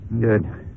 good